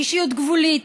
אישיות גבולית,